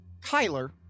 Kyler